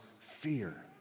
fear